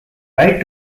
right